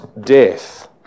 death